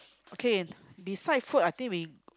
okay beside food I think we